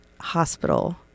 Hospital